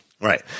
Right